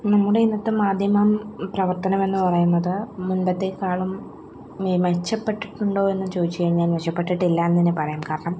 നമ്മുടെ ഇന്നത്തെ മാധ്യമം പ്രവർത്തനം എന്നുപറയുന്നത് മുൻപത്തേക്കാളും മെ മെച്ചപ്പെട്ടിട്ടുണ്ടോ എന്ന് ചോദിച്ചുകഴിഞ്ഞാൽ മെച്ചപ്പെട്ടിട്ടില്ല എന്നുതന്നെ പറയാം കാരണം